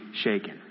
shaken